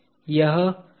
यह x दिशा है